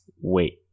Wait